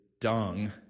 dung